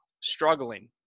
struggling